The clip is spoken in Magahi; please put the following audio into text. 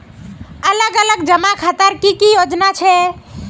अलग अलग जमा खातार की की योजना छे?